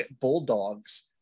Bulldogs